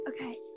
Okay